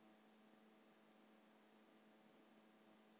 धान के कोन कोन संकर परकार हावे?